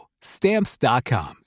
Stamps.com